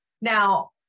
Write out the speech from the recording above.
Now